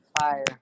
fire